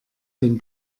den